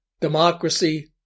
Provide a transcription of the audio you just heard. democracy